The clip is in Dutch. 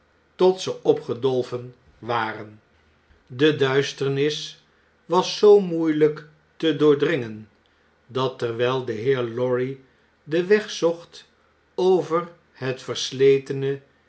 tot ze opgedolven waren de duisternis was zoo moeielijk tedoordringen dat terwn'l de heer lorry den weg zocht over het versletene